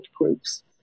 groups